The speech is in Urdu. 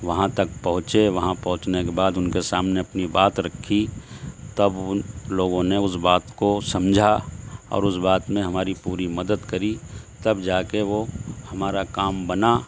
وہاں تک پہنچے وہاں پہنچنے کے بعد ان کے سامنے اپنی بات رکھی تب ان لوگوں نے اس بات کو سمجھا اور اس بات میں ہماری پوری مدد کری تب جا کے وہ ہمارا کام بنا